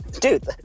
dude